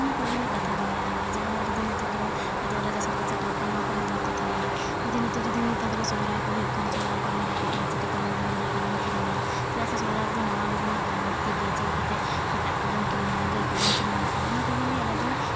ᱚᱱᱟ ᱠᱚᱜᱮᱞᱮ ᱠᱟᱛᱷᱟ ᱵᱟᱲᱟᱭᱟ ᱟᱞᱮ ᱡᱟᱦᱟᱱᱟᱜ ᱜᱮ ᱡᱩᱫᱤ ᱱᱤᱛᱚᱜ ᱡᱮᱢᱚᱱ ᱨᱟᱡᱟ ᱥᱟᱠᱨᱟᱛ ᱥᱮᱴᱮᱨᱚᱜ ᱠᱟᱱᱟ ᱱᱚᱣᱟ ᱠᱚᱨᱮᱱᱟᱜ ᱞᱮ ᱠᱟᱛᱷᱟᱭᱟ ᱡᱩᱫᱤ ᱱᱤᱛᱚᱜ ᱡᱩᱫᱤ ᱱᱚᱣᱟ ᱛᱟᱠᱨᱮ ᱥᱚᱦᱚᱨᱟᱭ ᱠᱚ ᱦᱩᱭᱩᱜ ᱠᱷᱟᱱ ᱥᱚᱦᱚᱨᱟᱭ ᱠᱚᱨᱮᱱᱟᱜ ᱞᱮ ᱠᱟᱛᱷᱟᱭᱟ ᱪᱤᱠᱟᱹ ᱛᱮᱱᱵᱚᱱ ᱞᱩᱜᱽᱲᱤ ᱞᱟᱯᱚ ᱵᱚᱱ ᱠᱤᱨᱤᱧᱟ ᱪᱮᱫᱟᱜ ᱥᱮ ᱥᱚᱦᱚᱨᱟᱭ ᱨᱮᱫᱚ ᱱᱟᱣᱟ ᱞᱩᱜᱽᱲᱤ ᱦᱟᱛᱟᱣ ᱞᱟᱹᱠᱛᱤ ᱜᱮ ᱪᱤᱠᱟᱹ ᱠᱟᱛᱮᱫ ᱦᱟᱴᱟᱜ ᱠᱚᱵᱚᱱ ᱠᱤᱨᱤᱧᱟ ᱜᱟᱹᱭ ᱠᱚᱵᱚᱱ ᱪᱩᱢᱟᱹᱲᱟ ᱠᱚᱣᱟ ᱚᱱᱟ ᱠᱚᱜᱮᱞᱮ ᱟᱞᱮ ᱫᱚ